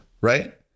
Right